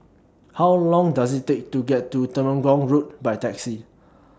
How Long Does IT Take to get to Temenggong Road By Taxi